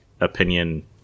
opinion